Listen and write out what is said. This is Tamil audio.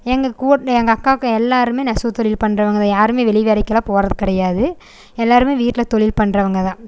எங்கள் கூ எங்கள் அக்காங்கள் எல்லோருமே நெசவு தொழில் பண்ணுறவங்க தான் யாருமே வெளி வேலைக்கெல்லாம் போவது கிடையாது எல்லோருமே வீட்டில் தொழில் பண்ணுறவங்க தான்